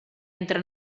entra